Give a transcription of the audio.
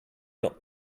not